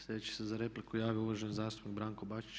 Sljedeći se za repliku javio uvaženi zastupnik Branko Bačić.